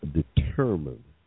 determined